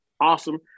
awesome